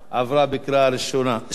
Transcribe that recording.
עברה קריאה שנייה.